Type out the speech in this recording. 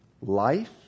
life